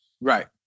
Right